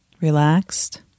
relaxed